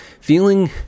feeling